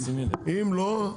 אם לא,